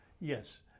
Yes